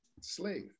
Slave